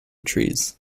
trees